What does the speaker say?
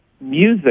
music